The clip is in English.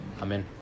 Amen